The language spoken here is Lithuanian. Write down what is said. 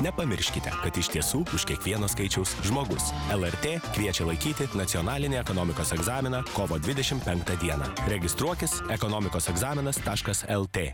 nepamirškite kad iš tiesų už kiekvieno skaičiaus žmogus lrt kviečia laikyti nacionaline ekonomikos egzaminą kovo dvidešim penktą dieną registruokis ekonomikos egzaminas taškas lrt